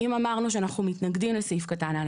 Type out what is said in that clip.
אם אמרנו שאנחנו מתנגדים לסעיף קטן (א),